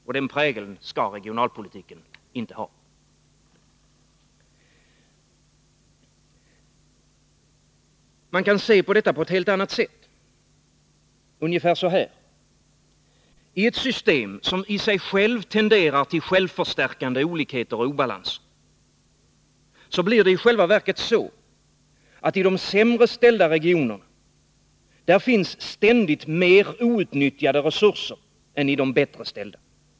Och den prägeln skall regionalpolitiken inte ha. Man kan se på regionalpolitiken på ett helt annat sätt, ungefär så här: I ett system, som i sig självt tenderar till självförstärkande olikheter och obalanser, blir det i själva verket så att det i de sämre ställda regionerna ständigt finns mer outnyttjade resurser än i de bättre ställda.